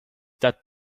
that